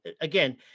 again